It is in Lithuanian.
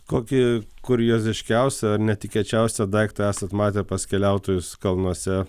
kokį kurioziškiausią ar netikėčiausią daiktą esat matę pas keliautojus kalnuose